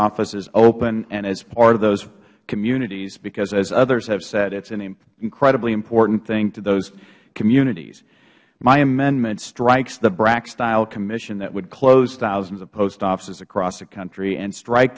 offices open and as part of those communities because as others have said it is an incredibly important thing to those communities my amendment strikes the brac style commission that would close thousands of post offices across the country and strike